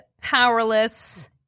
powerless